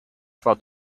for